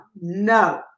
No